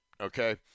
okay